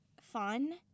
fun